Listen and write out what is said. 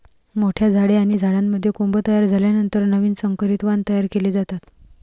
मोठ्या झाडे आणि झाडांमध्ये कोंब तयार झाल्यानंतर नवीन संकरित वाण तयार केले जातात